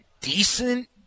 decent